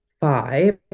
five